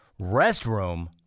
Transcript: Restroom